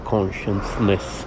Consciousness